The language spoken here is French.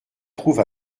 trouve